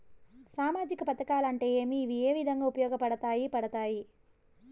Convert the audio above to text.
సామాజిక పథకాలు అంటే ఏమి? ఇవి ఏ విధంగా ఉపయోగపడతాయి పడతాయి?